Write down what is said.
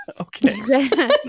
okay